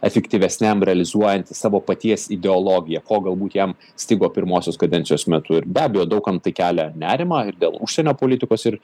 efektyvesniam realizuojantis savo paties ideologiją ko galbūt jam stigo pirmosios kadencijos metu ir be abejo daug kam tai kelia nerimą ir dėl užsienio politikos ir